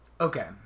Okay